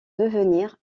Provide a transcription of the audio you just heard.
devenir